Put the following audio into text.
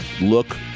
look